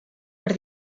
per